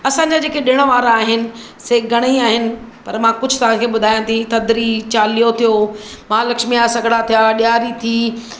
असांजा जेके ॾिण वार आहिनि से घणाई आहिनि पर मां कुझु तव्हांखे ॿुधायां थी थधिड़ी चालीहो थियो महालक्ष्मीअ जा सॻिड़ा थिया ॾियारी थी